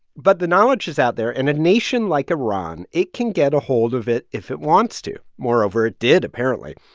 but the knowledge is out there, and a nation like iran, it can get a hold of it if it wants to moreover, it did, apparently.